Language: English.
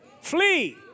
Flee